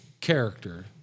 character